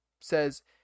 says